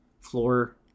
floor